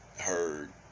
heard